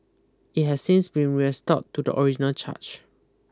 it has since been restored to the original charge